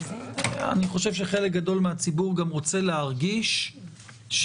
אני חושב שחלק גדול מהציבור גם רוצה להרגיש שישנה